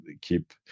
keep